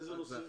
איזה נושאים?